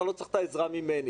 אתה לא צריך את העזרה ממני.